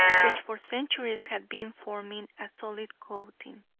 which for centuries had been forming a solid coating.